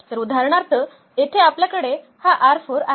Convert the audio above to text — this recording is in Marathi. तर उदाहरणार्थ येथे आपल्याकडे हा आहे